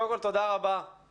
קודם כל תודה רבה,